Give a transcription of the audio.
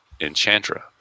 Enchantra